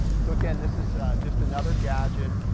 so again, this is just another gadget.